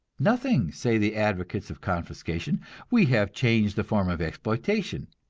nothing, say the advocates of confiscation we have changed the form of exploitation,